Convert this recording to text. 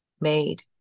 made